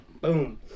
Boom